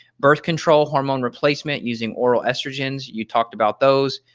birth control, hormone replacement using oral estrogens, you talked about those,